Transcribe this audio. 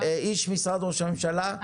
איש משרד ראש הממשלה,.